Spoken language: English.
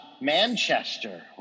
manchester